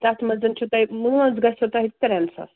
تَتھ منٛز چھُو تۄہہِ مٲنٛز گژھو تۄہہِ ترٛٮ۪ن ساسَن